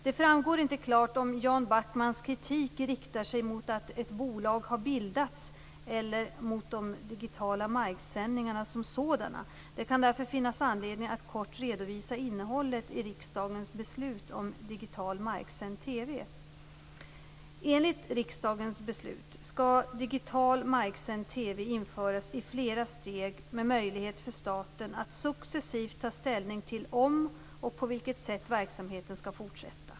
Det framgår inte klart om Jan Backmans kritik riktar sig mot att ett bolag har bildats eller mot de digitala marksändningarna som sådana. Det kan därför finnas anledning att kort redovisa innehållet i riksdagens beslut om digital marksänd TV. införas i flera steg med möjlighet för staten att successivt ta ställning till om och på vilket sätt verksamheten skall fortsätta.